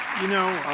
you know,